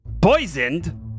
poisoned